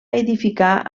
edificar